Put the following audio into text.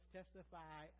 testify